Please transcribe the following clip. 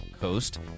Coast